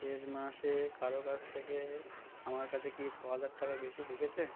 শেষ মাসে কারো কাছ থেকে আমার কাছে কি ছ হাজার টাকা বেশি ঢুকেছে